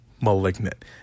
malignant